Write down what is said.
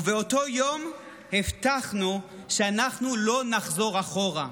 באותו יום הבטחנו שאנחנו לא נחזור אחורה.